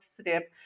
step